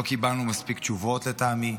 לא קיבלנו מספיק תשובות, לטעמי.